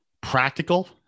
practical